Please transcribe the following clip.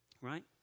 Right